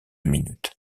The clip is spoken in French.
minutes